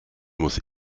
muss